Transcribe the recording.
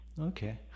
Okay